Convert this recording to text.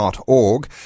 org